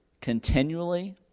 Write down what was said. continually